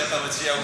שאתה מציע,